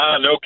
No